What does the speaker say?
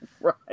Right